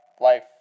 life